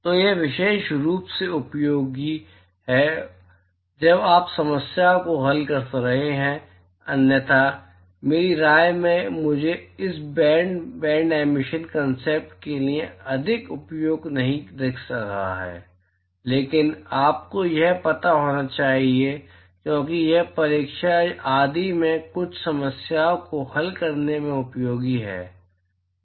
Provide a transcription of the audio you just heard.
तो यह विशेष रूप से उपयोगी है जब आप समस्याओं को हल कर रहे हैं अन्यथा मेरी राय में मुझे इस बैंड बैंड एमिशन कॉन्सेप्ट के लिए अधिक उपयोग नहीं दिख रहा है लेकिन आपको यह पता होना चाहिए क्योंकि यह परीक्षा आदि में कुछ समस्याओं को हल करने में उपयोगी है